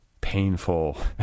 painful